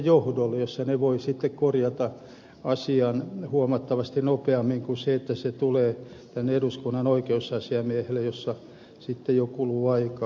virastot voivat sitten korjata asian huomattavasti nopeammin kuin niin että se tulee tänne eduskunnan oikeusasiamiehelle missä sitten jo kuluu aikaa